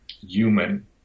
human